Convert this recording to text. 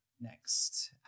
next